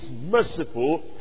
merciful